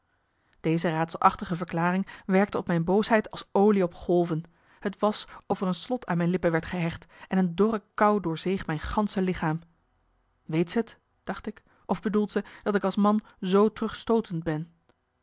deze raadselachtige verklaring werkte op mijn boosheid als olie op golven t was of er een slot aan mijn lippen werd gehecht en een dorre kou doorzeeg mijn gansche lichaam weet ze t dacht ik of bedoelt ze dat ik als man z terugstootend ben